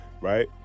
right